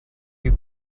you